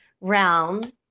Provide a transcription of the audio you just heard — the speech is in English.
realm